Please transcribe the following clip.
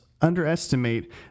underestimate